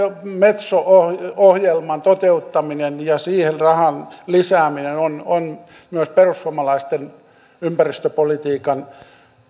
metso ohjelman toteuttaminen ja siihen rahan lisääminen ovat myös perussuomalaisten ympäristöpolitiikan